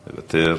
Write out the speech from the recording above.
מוותר,